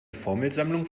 formelsammlung